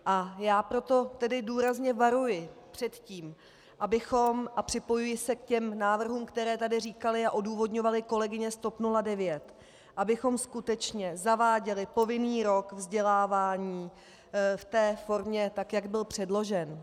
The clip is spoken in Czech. A já proto tedy důrazně varuji před tím a připojuji se k návrhům, které tady říkaly a odůvodňovaly kolegyně z TOP 09, abychom skutečně zaváděli povinný rok vzdělávání v té formě, tak jak byl předložen.